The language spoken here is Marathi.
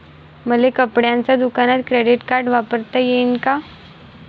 मले कपड्याच्या दुकानात क्रेडिट कार्ड वापरता येईन का?